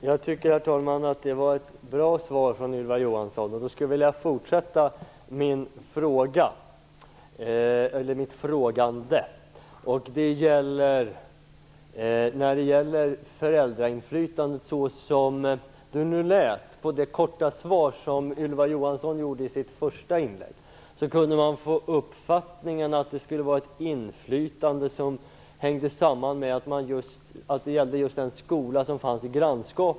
Herr talman! Det var ett bra svar från Ylva Johansson. Jag skulle vilja fortsätta mitt frågande. När det gäller föräldrainflytandet kunde man, såsom det nu lät på det korta svar som Ylva Johansson gav i sitt första inlägg, få uppfattningen att det skulle vara ett inflytande som hängde samman med just den skola som fanns i grannskapet.